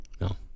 No